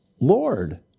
Lord